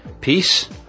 Peace